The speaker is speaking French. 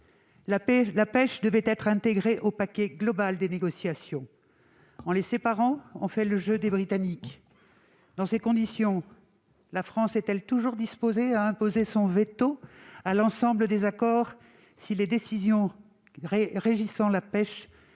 La pêche devait être intégrée au paquet global des négociations et, en la séparant du reste, on fait le jeu des Britanniques. Dans ces conditions, la France est-elle toujours disposée à mettre son veto sur l'ensemble des accords si les décisions régissant la pêche ne sont pas satisfaisantes